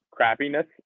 Crappiness